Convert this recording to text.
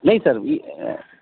نہیں سر